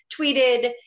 tweeted